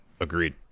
Agreed